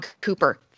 Cooper